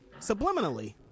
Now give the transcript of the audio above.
subliminally